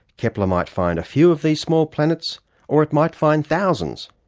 kepler might find a few of these small planets or it might find thousands.